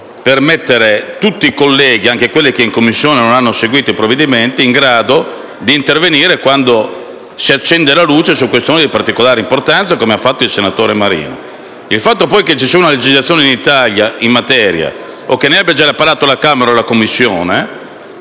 per mettere tutti i colleghi, anche quelli che in Commissione non hanno seguito i provvedimenti, in grado di intervenire quando si accende la luce su questioni di particolare importanza, come ha fatto il senatore Marino. Il fatto, poi, che vi sia una legislazione in materia o che ne abbiano già parlato la Camera o la Commissione